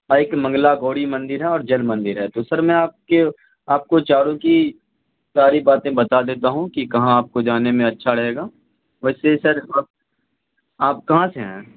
اور اک منگلا گھوڑی مندر ہے اور جل مندر ہے تو سر میں آپ کے آپ کو چاروں کی ساری باتیں بتا دیتا ہوں کہ کہاں آپ کو جانے میں اچھا رہے گا ویسے سر آپ آپ کہاں سے ہیں